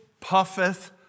puffeth